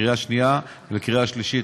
בקריאה שנייה ובקריאה שלישית.